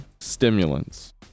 stimulants